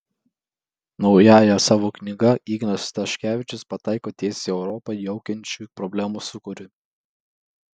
naująja savo knyga ignas staškevičius pataiko tiesiai į europą jaukiančių problemų sūkurį